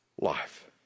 life